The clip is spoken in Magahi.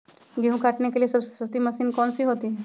गेंहू काटने के लिए सबसे सस्ती मशीन कौन सी होती है?